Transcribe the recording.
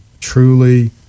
Truly